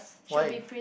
why